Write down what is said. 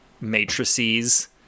matrices